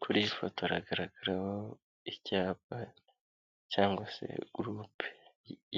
Kuri iyi foto hagaragaraho icyapa cyangwa se gurupe